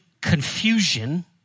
confusion